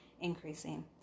increasing